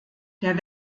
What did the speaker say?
der